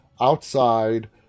outside